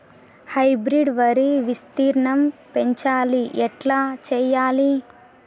Hybrid వరి విస్తీర్ణం పెంచాలి ఎట్ల చెయ్యాలి?